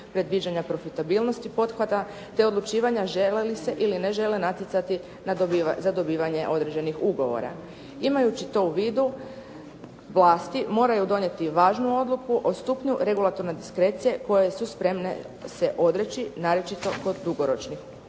predviđana profitabilnosti pothvata, te odlučivanja žele li se ili ne žele natjecati za dobivanje određenih ugovora. Imajući to u vidu Vlasti moraju donijeti važnu odluku o stupnju regulatorne diskrecije koje su spremne se odreći naročito kod dugoročnih